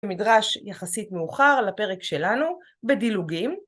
מדרש יחסית מאוחר לפרק שלנו, בדילוגים.